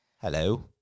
Hello